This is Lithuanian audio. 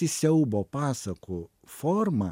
į siaubo pasakų formą